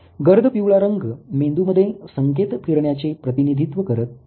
गर्द पिवळा रंग मेंदूमध्ये संकेत फिरण्याचे प्रतिनिधित्व करत आहे